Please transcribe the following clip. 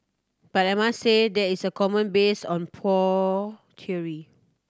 but I must say there is a comment based on pure theory